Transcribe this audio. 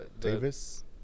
Davis